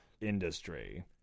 industry